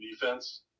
defense